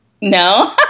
no